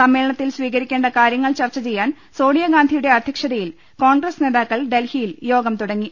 സമ്മേളന ത്തിൽ സ്വീകരിക്കേണ്ട കാര്യങ്ങൾ ചർച്ചചെയ്യാൻ സോണിയാ ഗാന്ധിയുടെ അധ്യക്ഷതയിൽ കോൺഗ്രസ് നേതാക്കൾ ഡൽഹി യിൽ യോഗം തുടങ്ങി